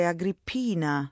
Agrippina